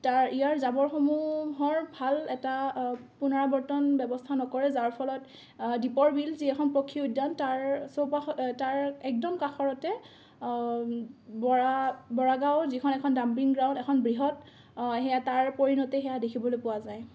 তাৰ ইয়াৰ জাবৰসমূহৰ ভাল এটা পুনৰাৱৰ্তন ব্যৱস্থা নকৰে যাৰ ফলত দীপৰবিল যি এখন পক্ষী উদ্যান তাৰ চৌপাশৰ তাৰ একদম কাষৰতে বৰা বৰাগাঁও যিখন এখন ডাম্পিং গ্ৰাউণ্ড এখন বৃহৎ সেয়া তাৰ পৰিণতি সেয়া দেখিবলৈ পোৱা যায়